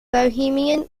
bohemian